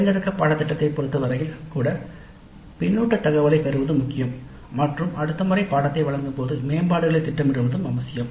தேர்ந்தெடுக்கப்பட்ட பாடத்திட்டத்தைப் பொறுத்தவரையில் கூட பின்னூட்டத் தகவலைப் பெறுவது முக்கியம் மற்றும் அடுத்த முறை பாடநெறியை வழங்கும்போது மேம்பாடுகளைத் திட்டமிடுவதும் அவசியம்